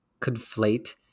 conflate